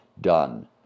done